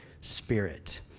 Spirit